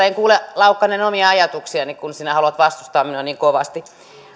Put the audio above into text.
en kuule laukkanen omia ajatuksiani kun sinä haluat vastustaa minua niin kovasti